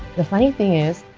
the funny thing is,